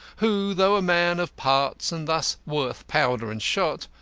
who, though a man of parts and thus worth powder and shot,